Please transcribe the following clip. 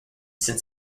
since